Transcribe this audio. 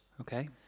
okay